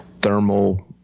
thermal